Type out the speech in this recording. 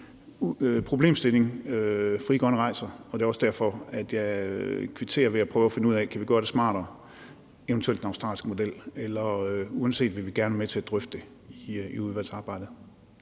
problemstilling, Frie Grønne rejser, og det er også derfor, jeg kvitterer ved at prøve at finde ud af, om vi kan gøre det smartere, eventuelt med den australske model. Uanset hvad vil vi gerne være med til at drøfte det i udvalgsarbejdet.